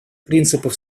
принципов